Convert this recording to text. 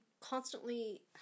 constantly